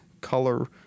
color